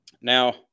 Now